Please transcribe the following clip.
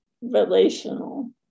relational